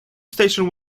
station